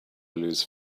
lose